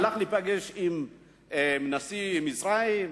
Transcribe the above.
הלך להיפגש עם נשיא מצרים,